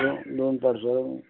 दोन पासर्ल